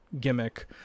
gimmick